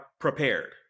prepared